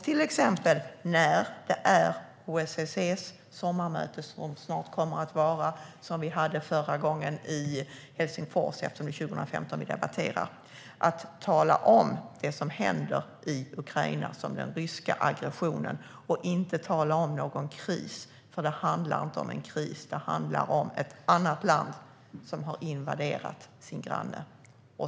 Vid OSSE:s sommarmöte, som snart kommer att hållas - förra gången var det i Helsingfors, eftersom det är 2015 som vi debatterar nu - bör vi till exempel tala om det som händer i Ukraina som den ryska aggressionen, inte en kris. Det handlar inte om en kris, utan det handlar om att ett land har invaderat sin granne.